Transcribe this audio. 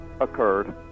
occurred